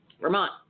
Vermont